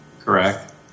correct